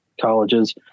colleges